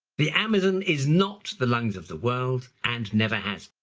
the amazon is not the lungs of the world and never has